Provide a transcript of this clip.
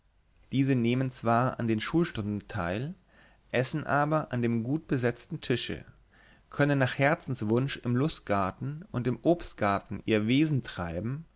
diese nehmen zwar an den schulstunden teil essen aber an dem gut besetzten tische können nach herzenswunsch im lustgarten und im obstgarten ihr wesen treiben